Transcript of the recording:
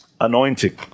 Anointing